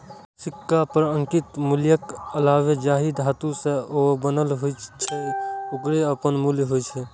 सिक्का पर अंकित मूल्यक अलावे जाहि धातु सं ओ बनल होइ छै, ओकरो अपन मूल्य होइ छै